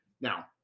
Now